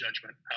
judgment